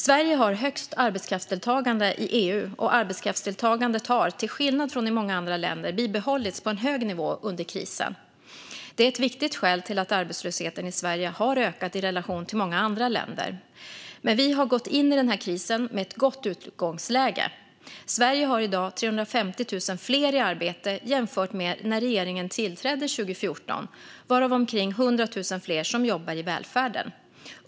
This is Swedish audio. Sverige har högst arbetskraftsdeltagande i EU, och arbetskraftsdeltagandet har, till skillnad från i många andra länder, bibehållits på en hög nivå under krisen. Det är ett viktigt skäl till att arbetslösheten i Sverige har ökat i relation till många andra länder. Men vi har gått in i den här krisen med ett gott utgångsläge. Sverige har i dag 350 000 fler i arbete jämfört med när regeringen tillträdde 2014, varav omkring 100 000 fler som jobbar i välfärden.